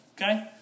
Okay